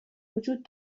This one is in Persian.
وجود